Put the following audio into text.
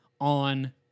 on